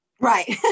Right